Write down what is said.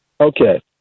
Okay